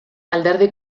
alderdi